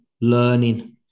learning